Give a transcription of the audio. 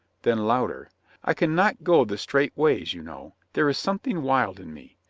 then louder i can not go the straight ways, you know. there is something wild in me.